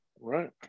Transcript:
right